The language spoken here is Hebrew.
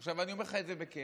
עכשיו, אני אומר לך את זה בכאב.